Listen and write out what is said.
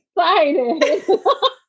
excited